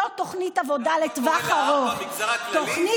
מסורת של העסקת אנשים עם מוגבלות.